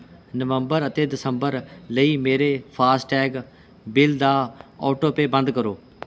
ਨਵੰਬਰ ਅਤੇ ਦਸੰਬਰ ਲਈ ਮੇਰੇ ਫਾਸਟੈਗ ਬਿੱਲ ਦਾ ਔਟੋਪੇਅ ਬੰਦ ਕਰੋ